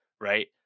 right